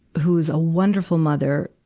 who's a wonderful mother,